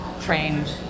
trained